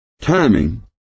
Timing